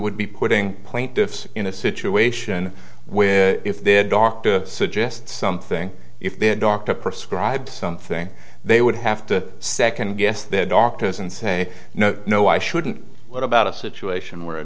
would be putting point diffs in a situation where if their doctor suggests something if their doctor prescribe something they would have to second guess their doctors and say no no i shouldn't what about a situation where a